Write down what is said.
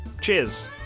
Cheers